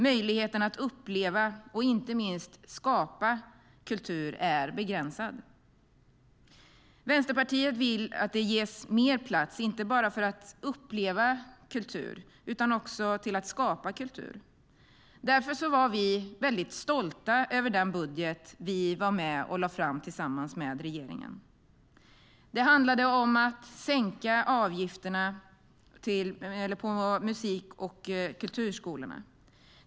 Möjligheten att uppleva och inte minst skapa kultur är begränsad. Vänsterpartiet vill att det ges mer plats inte bara för att uppleva kultur utan också för att skapa kultur. Därför var vi mycket stolta över den budget som vi var med om att lägga fram tillsammans med regeringen. Det handlade om att sänka avgifterna på musik och kulturskolorna.